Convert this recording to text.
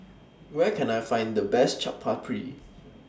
Where Can I Find The Best Chaat Papri